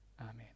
Amen